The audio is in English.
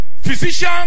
physician